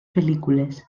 pel·lícules